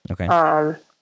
Okay